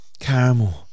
Caramel